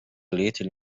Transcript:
little